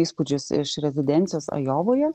įspūdžius iš rezidencijos ajovoje